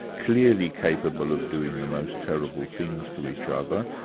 clearly capable of doing the most terrible things to each other,